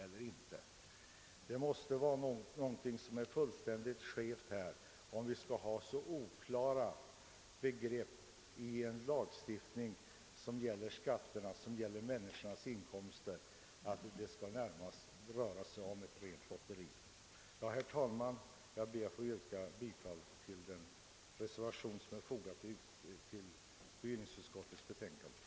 Någonting måste vara fullständigt skevt, om vi skall ha så oklara begrepp i en lag, som gäller skatterna och därmed människornas inkomster, att det närmast rör sig om ett rent lotteri. Herr talman! Jag ber att få yrka bifall till den reservation som är fogad till bevillningsutskottets betänkande.